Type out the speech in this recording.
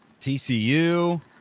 TCU